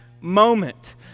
moment